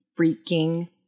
freaking